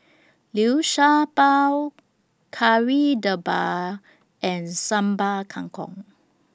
Liu Sha Bao Kari Debal and Sambal Kangkong